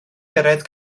gyrraedd